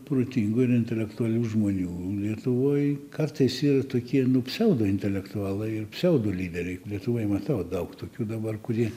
protingų ir intelektualių žmonių lietuvoj kartais yra tokie nu pseudo intelektualai ir pseudo lyderiai lietuvoj matau daug tokių dabar kurie